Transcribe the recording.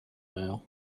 mail